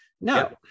No